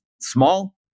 small